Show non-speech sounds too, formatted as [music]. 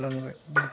[unintelligible]